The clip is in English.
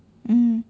mm